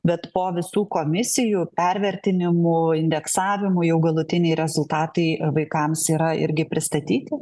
bet po visų komisijų pervertinimų indeksavimų jau galutiniai rezultatai vaikams yra irgi pristatyti